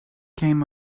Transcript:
came